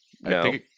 No